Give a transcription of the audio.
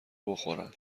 بخورن